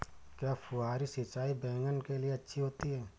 क्या फुहारी सिंचाई बैगन के लिए अच्छी होती है?